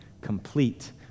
complete